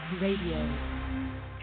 Radio